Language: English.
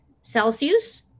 Celsius